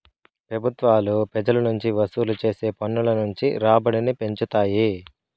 పెబుత్వాలు పెజల నుంచి వసూలు చేసే పన్నుల నుంచి రాబడిని పెంచుతాయి